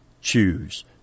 choose